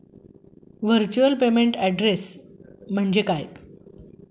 Virtual payment address म्हणजे काय?